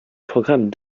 programme